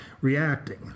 reacting